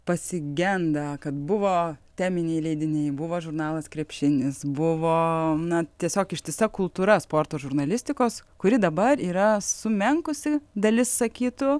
pasigenda kad buvo teminiai leidiniai buvo žurnalas krepšinis buvo na tiesiog ištisa kultūra sporto žurnalistikos kuri dabar yra sumenkusi dalis sakytų